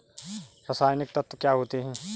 रसायनिक तत्व क्या होते हैं?